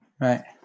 Right